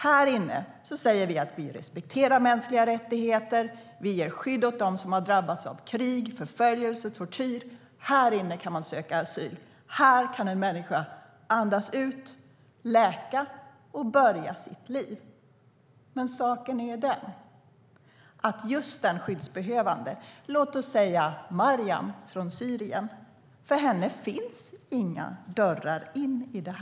Här inne säger vi att vi respekterar mänskliga rättigheter, vi ger skydd åt dem som har drabbats av krig, förföljelse, tortyr. Här inne kan man söka asyl, och här kan en människa andas ut, läka och börja sitt liv. Men saken är den att just för den skyddsbehövande, låt oss säga Mariam från Syrien, finns inga dörrar in i rummet.